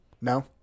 No